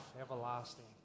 everlasting